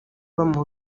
bamuha